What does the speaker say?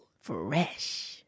Fresh